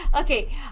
Okay